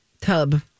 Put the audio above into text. tub